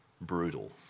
brutal